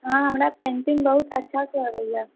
हँ हमरा पेंटिंग बहुत अच्छासँ अबैए